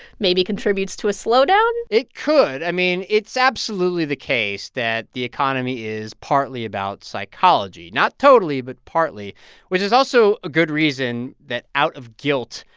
maybe contributes to a slowdown? it could. i mean, it's absolutely the case that the economy is partly about psychology not totally, but partly which is also a good reason that, out of guilt,